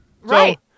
Right